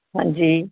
ਹਾਂਜੀ